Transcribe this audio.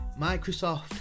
Microsoft